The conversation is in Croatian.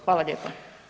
Hvala lijepa.